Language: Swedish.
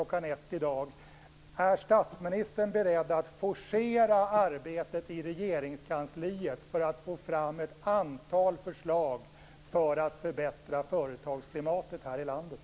13 i dag vilja fråga statsministern om han är beredd att forcera arbetet i Regeringskansliet för att få fram ett antal förslag för att förbättra företagsklimatet här i landet.